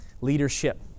leadership